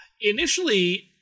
Initially